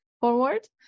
forward